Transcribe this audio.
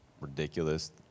ridiculous